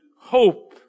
hope